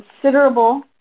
considerable